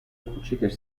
کوچیکش